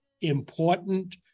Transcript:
important